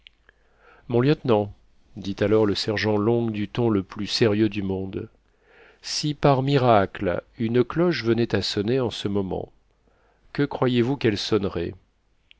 mon lieutenant dit alors le sergent long du ton le plus sérieux du monde si par miracle une cloche venait à sonner en ce moment que croyez-vous qu'elle sonnerait